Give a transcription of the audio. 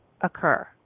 occur